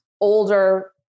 older